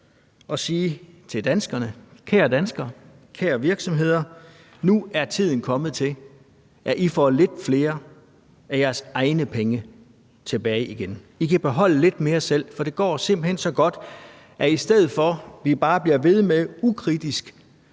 at sige til danskerne: Kære danskere, kære virksomheder, nu er tiden kommet til, at I får lidt flere af jeres egne penge tilbage igen. I kan beholde lidt mere selv, for det går simpelt hen så godt, at i stedet for vi bare bliver ved med ukritisk